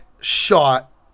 shot